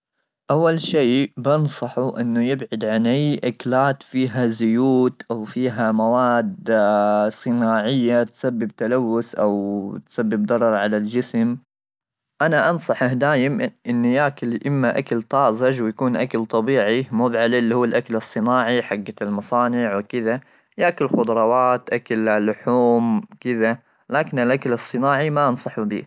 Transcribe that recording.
اول شيء بنصحه انه يبعد عن اي اكلات فيها زيوت او فيها مواد صناعيه ,تسبب تلوث او تسبب ضرر على الجسم ,انا انصح دائما انه ياكل اما اكل طازج ويكون اكل طبيعي مو بعلي اللي هو الاكل الصناعي حقه المصانع وكذا ياكل خضروات اكل لحوم كذا ,لكن الاكل الصناعي ما انصح به.